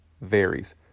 varies